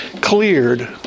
cleared